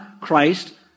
Christ